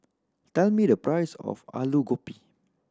tell me the price of Alu Gobi